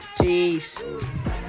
Peace